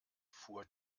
fuhr